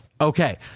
Okay